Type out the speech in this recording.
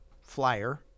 flyer